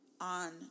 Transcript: on